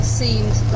seemed